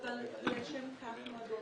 אבל לשם כך נועדו